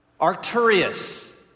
Arcturus